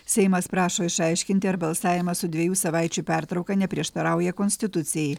seimas prašo išaiškinti ar balsavimas su dviejų savaičių pertrauka neprieštarauja konstitucijai